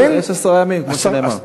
יש עשרה ימים, כמו שנאמר.